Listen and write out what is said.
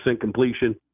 completion